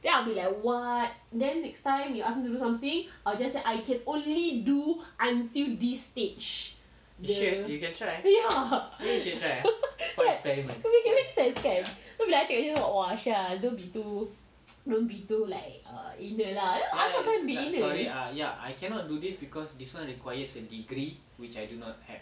then I will be like what then next time you ask me to do something I just say I could only do until this stage ya makes sense kan then bila I cakap macam tu will be like shit don't be too don't be too like err ini lah